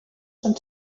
són